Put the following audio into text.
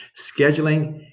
Scheduling